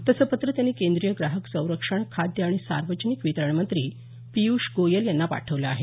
तसं पत्र त्यांनी केंद्रीय ग्राहक संरक्षण खाद्य आणि सार्वजनिक वितरण मंत्री पिय़्ष गोयल यांना पाठवलं आहे